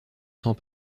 sent